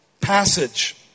passage